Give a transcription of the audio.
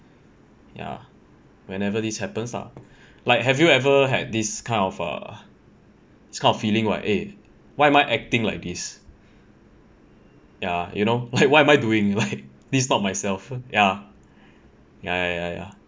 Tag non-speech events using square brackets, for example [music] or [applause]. ya whenever this happens lah like have you ever had this kind of err this kind of feeling right eh why am I acting like this ya you know [laughs] like what am I doing this is not myself ya ya ya ya